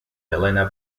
helena